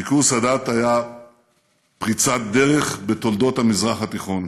ביקור סאדאת היה פריצת דרך בתולדות המזרח התיכון,